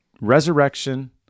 resurrection